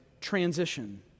transition